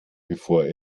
bevor